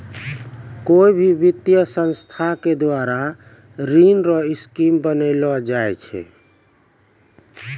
कोय भी वित्तीय संस्था के द्वारा ऋण रो स्कीम बनैलो जाय छै